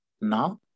now